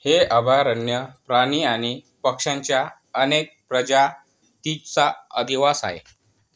हे अभयारण्य प्राणी आणि पक्ष्यांच्या अनेक प्रजातींचा अधिवास आहे